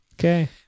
Okay